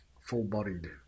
full-bodied